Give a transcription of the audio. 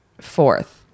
fourth